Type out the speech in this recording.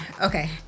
Okay